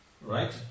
Right